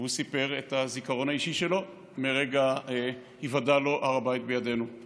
והוא סיפר את הזיכרון האישי שלו מרגע היוודע לו "הר הבית בידינו";